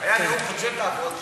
היה נאום חוצב להבות,